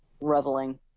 reveling